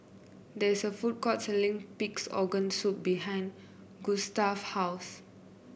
there is a food court selling Pig's Organ Soup behind Gustaf's house